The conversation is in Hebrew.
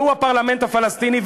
והוא הפרלמנט הפלסטיני,